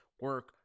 Work